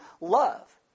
love